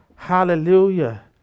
Hallelujah